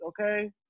okay